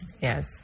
Yes